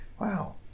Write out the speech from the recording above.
Wow